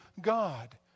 God